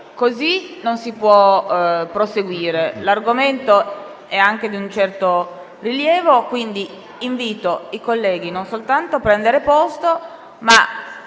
così non si può proseguire. L'argomento è anche di un certo rilievo, quindi invito i colleghi non soltanto a prendere posto, ma